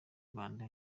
rwanda